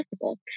possible